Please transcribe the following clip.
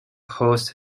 hosts